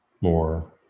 more